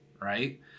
right